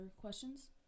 questions